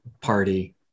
party